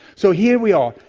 so here we are,